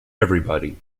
everybody